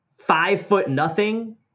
Five-foot-nothing